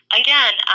again